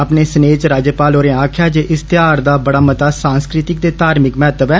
अपने स्नेह च राज्यपाल होरें आक्खेआ जे इस ध्यौहार दा बड़ा मता सांस्कृति ते धार्मिक महत्व ऐ